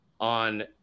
on